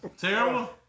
Terrible